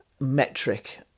metric